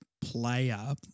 player